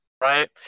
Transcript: right